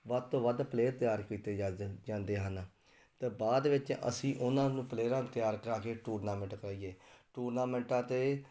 ਵੱਧ ਤੋਂ ਵੱਧ ਪਲੇਅਰ ਤਿਆਰ ਕੀਤੇ ਜਾ ਜਾਂਦੇ ਹਨ ਅਤੇ ਬਾਅਦ ਵਿੱਚ ਅਸੀਂ ਉਹਨਾਂ ਨੂੰ ਪਲੇਅਰਾਂ ਨੂੰ ਤਿਆਰ ਕਰਾ ਕੇ ਟੂਰਨਾਮੈਂਟ ਕਰਵਾਈਏ ਟੂਰਨਾਮੈਂਟਾਂ 'ਤੇ